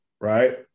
Right